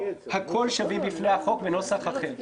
או הכול שווים בפני החוק בנוסח האחר.